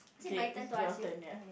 okay it's your turn ya